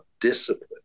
discipline